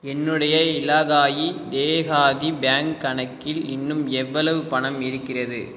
என்னுடைய இலாகாயி தேஹாதி பேங்க் கணக்கில் இன்னும் எவ்வளவு பணம் இருக்கிறது